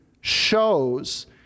shows